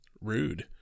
rude